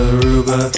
Aruba